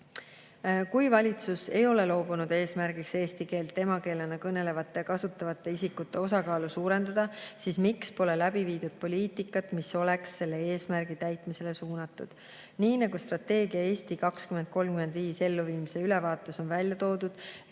"Kui valitsus ei ole loobunud eesmärgist eesti keelt emakeelena kõnelevate ja kasutavate isikute osakaalu suurendada, siis miks pole läbi viidud poliitikat, mis oleks selle eesmärgi täitmisele suunatud?" Nii nagu strateegia "Eesti 2035" elluviimise ülevaates on välja toodud,